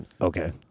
Okay